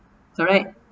correct